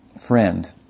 friend